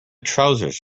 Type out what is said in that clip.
trousers